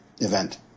event